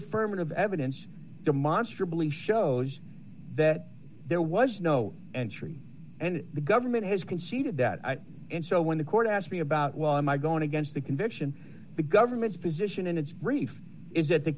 affirmative evidence demonstrably shows that there was no entry and the government has conceded that and so when the court asked me about why my going against the conviction the government's position in its brief is that the